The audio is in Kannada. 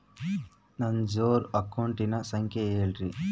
ನನ್ನ ಜೇರೊ ಅಕೌಂಟಿನ ಸಂಖ್ಯೆ ಹೇಳ್ರಿ?